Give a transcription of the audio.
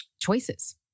choices